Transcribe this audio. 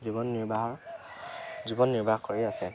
জীৱন নিৰ্বাহৰ জীৱন নিৰ্বাহ কৰি আছে